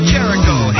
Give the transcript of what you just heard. Jericho